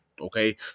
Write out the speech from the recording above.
Okay